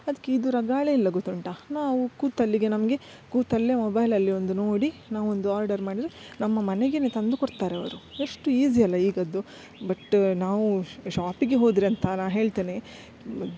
ಅದ್ಕೆ ಇದು ರಗಳೆ ಇಲ್ಲ ಗೊತ್ತುಂಟ ನಾವು ಕೂತಲ್ಲಿಗೆ ನಮಗೆ ಕೂತಲ್ಲೇ ಮೊಬೈಲಲ್ಲಿ ಒಂದು ನೋಡಿ ನಾವೊಂದು ಆರ್ಡರ್ ಮಾಡಿದರೆ ನಮ್ಮ ಮನೆಗೇ ತಂದು ಕೊಡ್ತಾರೆ ಅವರು ಎಷ್ಟು ಈಜಿ಼ಯಲ್ಲ ಈಗದು ಬಟ್ ನಾವು ಶಾಪಿಗೆ ಹೋದ್ರಿ ಅಂತ ನಾ ಹೇಳ್ತೇನೆ